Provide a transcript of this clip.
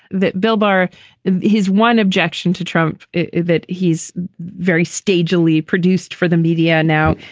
that bill bar his one objection to trump is that he's very stage lee produced for the media. now,